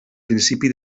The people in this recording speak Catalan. principi